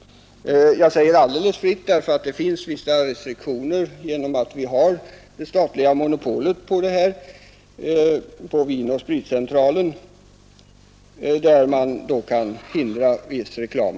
Jag säger ”nästan alldeles fritt”, för det finns vissa restriktioner genom att vi har ett statligt monopol genom Vinoch spritcentralen, som kan hindra viss reklam.